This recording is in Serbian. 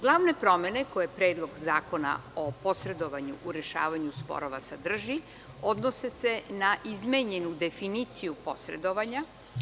Glavne promene koje Predlog zakona o posredovanju u rešavanju sporova sadrži odnose se na izmenjenu definiciju posredovanja.